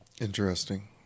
Interesting